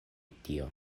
tio